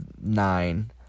nine